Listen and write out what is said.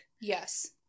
yes